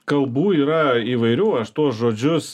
kalbų yra įvairių aš tuos žodžius